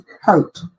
hurt